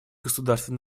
государства